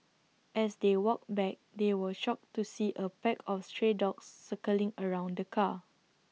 as they walked back they were shocked to see A pack of stray dogs circling around the car